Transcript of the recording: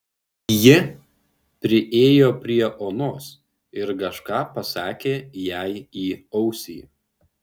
ji priėjo prie onos ir kažką pasakė jai į ausį